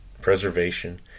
preservation